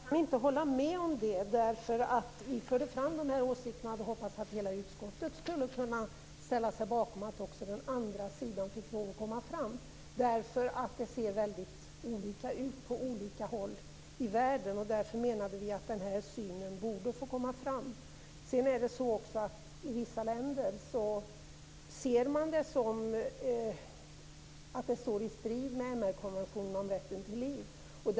Fru talman! Jag kan inte hålla med om det. Vi förde fram de här åsikterna och hade hoppats att hela utskottet skulle kunna ställa sig bakom att också den andra sidan fick lov att komma fram. Det ser ju väldigt olika ut på olika håll i världen. Därför menade vi att den här synen borde få komma fram. Sedan är det också så att man i vissa länder ser det som att detta står i strid med MR-konventionen om rätten till liv.